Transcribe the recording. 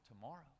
tomorrow